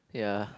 ya